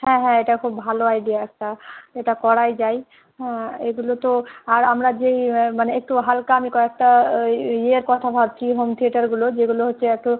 হ্যাঁ হ্যাঁ এটা খুব ভালো আইডিয়া একটা এটা করাই যায় হ্যাঁ এগুলো তো আর আমরা যে মানে একটু হালকা আমি কয়েকটা ইয়ের কথা ভাবছি হোম থিয়েটারগুলো যেগুলো হচ্ছে এত